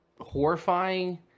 horrifying